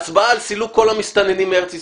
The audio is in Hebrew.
הצבעה על סילוק כל המסתננים מארץ ישראל,